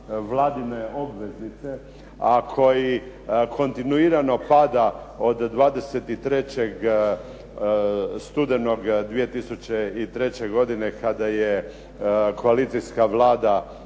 Vladine obveznice, a koji kontinuirano pada od 23. studenog 2003. godine kada je koalicijska Vlada